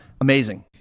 amazing